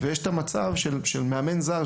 ויש את המצב של מאמן זר,